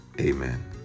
Amen